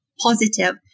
positive